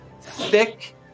thick